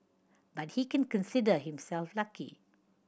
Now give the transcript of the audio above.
but he can consider himself lucky